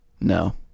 No